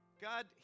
God